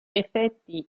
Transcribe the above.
effetti